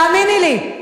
תאמיני לי.